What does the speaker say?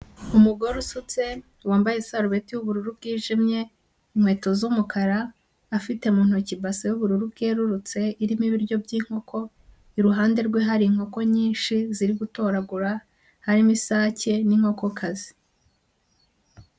Umugore usutse wambaye isarubeti y'ubururu bwijimye, inkweto z'umukara afite mu ntoki ibase y'ubururu bwerurutse irimo ibiryo by'inkoko, iruhande rwe hari inkoko nyinshi ziri gutoragura, harimo isake n'inkokokazi.